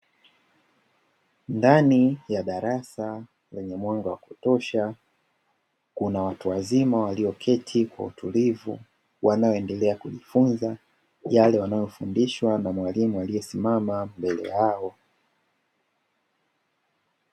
Ndani ya darasa lenye mwanga wa kutosha kuna watu wazima walioketi kwa utulivu wanaoendelea kujifunza na mwalimu aliyesimama mbele yao.